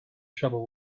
trouble